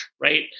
right